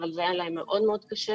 אבל זה היה להם מאוד מאוד קשה.